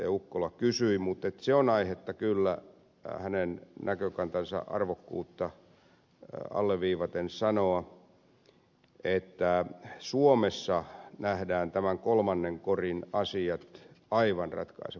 ukkola kysyi mutta se on aihetta kyllä hänen näkökantansa arvokkuutta alleviivaten sanoa että suomessa nähdään tämän kolmannen korin asiat aivan ratkaisevan tärkeinä